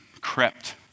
crept